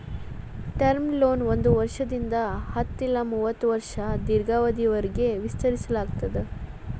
term loan ಒಂದ್ ವರ್ಷದಿಂದ ಹತ್ತ ಇಲ್ಲಾ ಮೂವತ್ತ ವರ್ಷಗಳ ದೇರ್ಘಾವಧಿಯವರಿಗಿ ವಿಸ್ತರಿಸಲಾಗ್ತದ